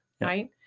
Right